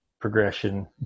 progression